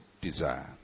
desire